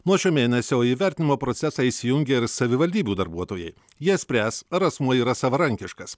nuo šio mėnesio į vertinimo procesą įsijungė ir savivaldybių darbuotojai jie spręs ar asmuo yra savarankiškas